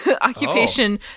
occupation